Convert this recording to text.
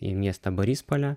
į miestą baris pole